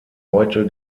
heute